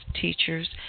teachers